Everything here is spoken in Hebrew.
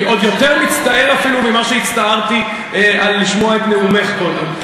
אני עוד יותר מצטער אפילו ממה שהצטערתי לשמוע את נאומך קודם.